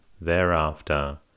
thereafter